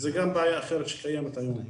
זה גם בעיה אחרת שקיימת היום.